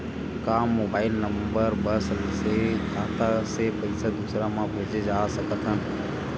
का mobile number बस से खाता से पईसा दूसरा मा भेज सकथन?